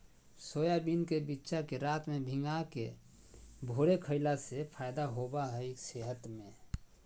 soybean के बिच्चा के रात में भिगाके भोरे खईला से फायदा होबा हइ सेहत में